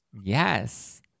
Yes